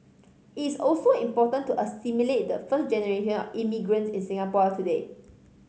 it is also important to assimilate the first generation of immigrants in Singapore today